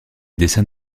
dessins